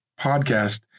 podcast